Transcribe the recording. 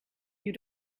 you